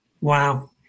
Wow